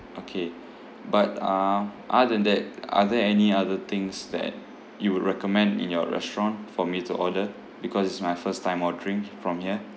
okay but uh other than that are there any other things that you would recommend in your restaurant for me to order because it's my first time ordering from here